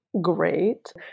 great